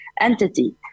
entity